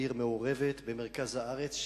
עיר מעורבת במרכז הארץ,